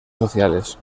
sociales